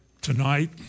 tonight